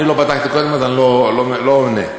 אני לא בדקתי קודם, אז אני לא עונה.